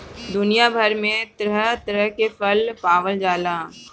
दुनिया भर में तरह तरह के फल पावल जाला